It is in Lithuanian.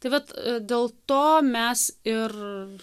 tai vat dėl to mes ir